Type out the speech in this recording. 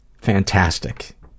fantastic